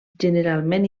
generalment